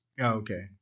Okay